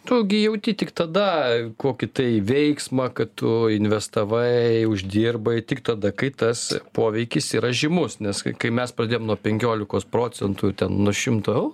tu gi jauti tik tada kokį tai veiksmą kad tu investavai uždirbai tik tada kai tas poveikis yra žymus nes kai mes pradėjom nuo penkiolikos procentų ir ten nuo šimto eurų